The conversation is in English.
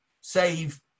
Save